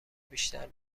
بیشتر